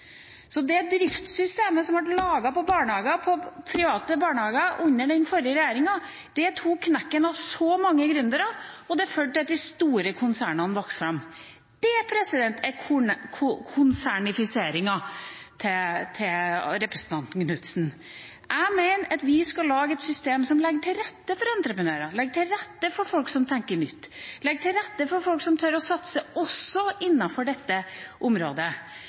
Det driftssystemet som ble laget for private barnehager under den forrige regjeringa, tok knekken på så mange gründere, og det førte til at de store konsernene vokste fram. Det er «konsernifiseringa» til representanten Knutsen. Jeg mener at vi skal lage et system som legger til rette for entreprenører, legger til rette for folk som tenker nytt, legger til rette for folk som tør å satse – også på dette området.